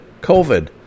COVID